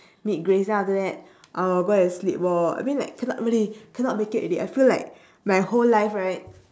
meet grace lah after that I'll go and sleep loh I mean like cannot really cannot make it already I feel like my whole life right